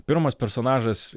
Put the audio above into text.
pirmas personažas